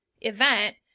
event